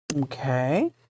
Okay